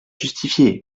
justifiée